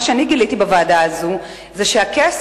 מה שאני גיליתי בוועדה הזאת הוא שהכסף,